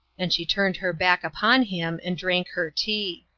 and she turned her back upon him and drank her tea.